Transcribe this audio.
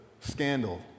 scandal